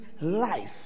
life